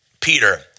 Peter